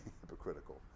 hypocritical